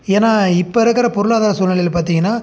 ஏன்னால் இப்போ இருக்கிற பொருளாதார சூழ்நெலையில பார்த்தீங்கன்னா